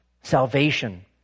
salvation